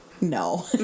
No